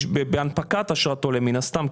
בהנפקת אשרת עולה מן הסתם,